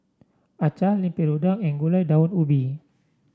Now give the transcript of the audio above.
Acar Lemper Udang and Gulai Daun Ubi